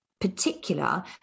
particular